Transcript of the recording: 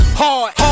hard